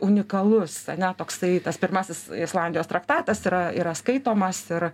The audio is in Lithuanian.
unikalus ane toksai tas pirmasis islandijos traktatas yra yra skaitomas ir